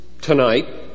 tonight